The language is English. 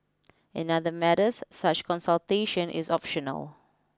in other matters such consultation is optional